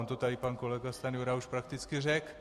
On to tady pan kolega Stanjura už prakticky řekl.